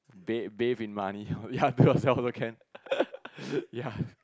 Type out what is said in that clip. bath bath in money ya do yourself also can ya